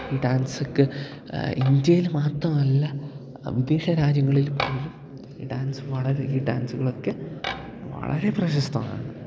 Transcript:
ഈ ഡാൻസൊക്കെ ഇന്ത്യയില് മാത്രമല്ല വിദേശ രാജ്യങ്ങളിൽ പോലും ഈ ഡാൻസ് വളരെ ഈ ഡാൻസുകളൊക്കെ വളരെ പ്രശസ്തമാണ്